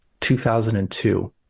2002